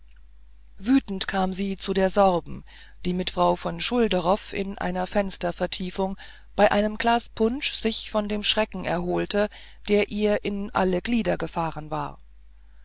wütend kam sie zu der sorben die mit frau von schulderoff in einer fenstervertiefung bei einem glas punsch sich von dem schrecken erholte der ihr in alle glieder gefahren war